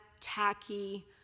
tacky